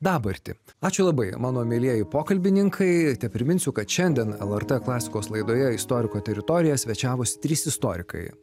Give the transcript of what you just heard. dabartį ačiū labai mano mielieji pokalbininkai tepriminsiu kad šiandien lrt klasikos laidoje istoriko teritorija svečiavosi trys istorikai